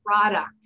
product